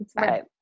Right